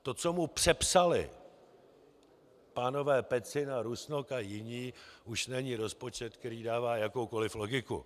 To, co mu přepsali pánové Pecina, Rusnok a jiní, už není rozpočet, který dává jakoukoliv logiku.